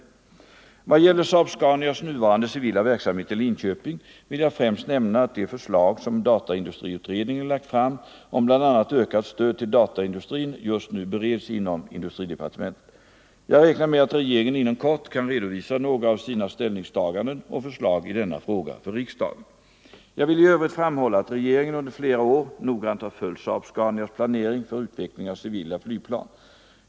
I vad gäller SAAB-Scanias nuvarande civila verksamhet i Linköping vill jag främst nämna att de förslag som dataindustriutredningen lagt fram om bl.a. ökat stöd till dataindustrin just nu bereds inom industridepartementet. Jag räknar med att regeringen inom kort kan redovisa några av sina ställningstaganden och förslag i denna fråga för riksdagen. Jag vill i övrigt framhålla att regeringen under flera år noggrant har följt SAAB-Scanias planering för utveckling av civila flygplan.